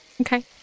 Okay